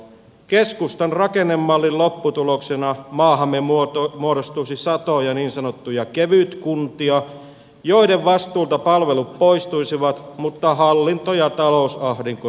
keskustan rakennemallin lopputuloksena maahamme muodostuisi satoja niin sanottuja kevytkuntia joiden vastuulta palvelut poistuisivat mutta hallinto ja talousahdinko säilyisivät